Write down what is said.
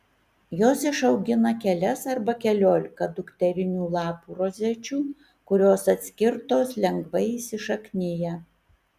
jos išaugina kelias arba keliolika dukterinių lapų rozečių kurios atskirtos lengvai įsišaknija